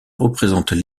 représentent